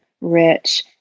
rich